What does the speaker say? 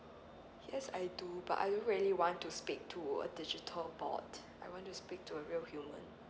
yes I do but I don't really want to speak to a digital board I want to speak to a real human